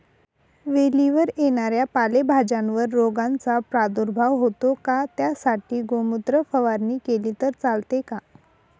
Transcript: वेलीवर येणाऱ्या पालेभाज्यांवर रोगाचा प्रादुर्भाव होतो का? त्यासाठी गोमूत्र फवारणी केली तर चालते का?